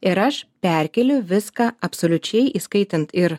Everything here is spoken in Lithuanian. ir aš perkėliau viską absoliučiai įskaitant ir